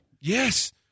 Yes